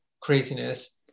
craziness